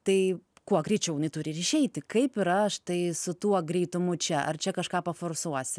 tai kuo greičiau jinai turi ir išeiti kaip yra štai su tuo greitumu čia ar čia kažką paforsuosi